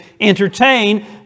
entertain